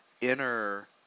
inner